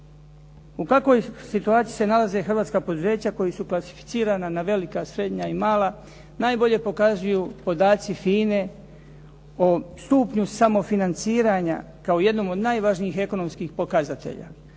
U kakvoj situaciji se nalaze hrvatska poduzeća koji su klasificirana na velika, srednja i mala najbolje pokazuju podaci FINA-e o stupnju samofinanciranja kao jednom od najvažnijih ekonomskih pokazatelja.